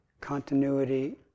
continuity